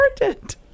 important